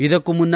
ಇದಕ್ಕೂ ಮುನ್ನ